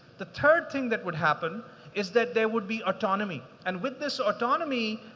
the third thing that would happen is that there would be autonomy, and with this autonomy,